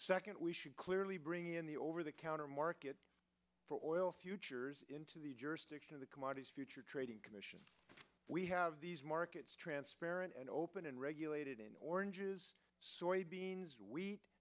second we should clearly bring in the over the counter market for oil futures into the jurisdiction of the commodities futures trading commission we have these markets transparent and open and regulated in orange soybeans